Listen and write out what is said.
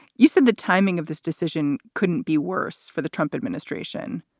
you said the timing of this decision couldn't be worse for the trump administration.